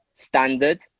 standard